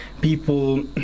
people